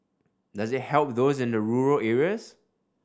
does it help those in the rural areas